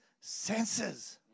senses